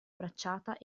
bracciata